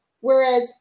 Whereas